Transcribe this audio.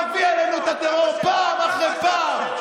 מביא עלינו את הטרור פעם אחרי פעם,